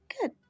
Good